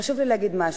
חשוב לי להגיד משהו,